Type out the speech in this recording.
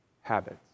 habits